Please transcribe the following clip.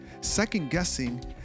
second-guessing